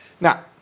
Now